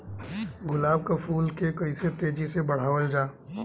गुलाब क फूल के कइसे तेजी से बढ़ावल जा?